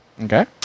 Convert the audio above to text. Okay